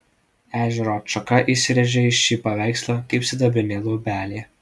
ežero atšaka įsirėžė į šį paveikslą kaip sidabrinė luobelė